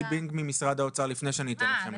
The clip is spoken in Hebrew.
כינג ממשרד האוצר לפני שאני אתן לכן להתייחס?